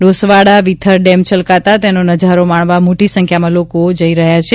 ડોસવાડા વિથર ડેમ છલકાતા તેનો નજારો માણવા મોટી સંખ્યામાં લોકો આવી રહ્યાં છે